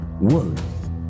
worth